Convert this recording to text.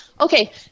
Okay